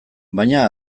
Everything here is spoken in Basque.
baina